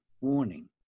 warning